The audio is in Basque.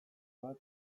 bat